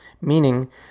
meaning